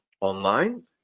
online